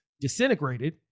disintegrated